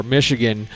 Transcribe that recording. Michigan